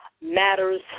matters